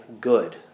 good